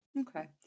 Okay